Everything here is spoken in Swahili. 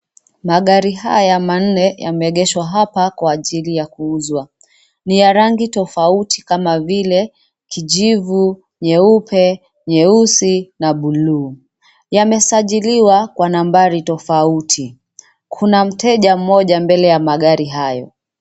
Magari haya manne yameengeshwa hapa kwa ajili ya kuuzwa. Ni ya rangi tofauti kama vile kijivu, nyeupe, nyeusi na bluu. Yamesajiliwa kwa nambari tofauti. Kuna mteja mmoja mbele ya magari haya.